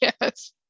yes